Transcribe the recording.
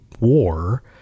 war